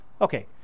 Okay